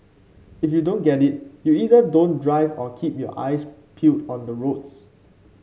if you don't get it you either don't drive or keep your eyes peeled on the roads